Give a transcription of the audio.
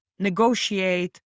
negotiate